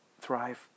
thrive